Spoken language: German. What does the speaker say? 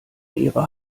ihrer